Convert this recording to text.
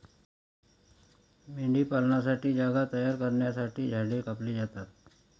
मेंढीपालनासाठी जागा तयार करण्यासाठी झाडे कापली जातात